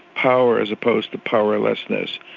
power as opposed to powerlessness,